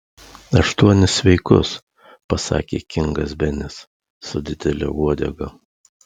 aštuonis sveikus pasakė kingas benis su didele uodega